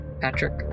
Patrick